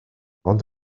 ond